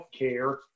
healthcare